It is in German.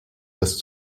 das